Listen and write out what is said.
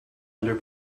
under